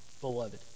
beloved